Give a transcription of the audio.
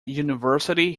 university